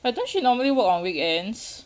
I thought she normally work on weekends